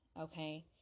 okay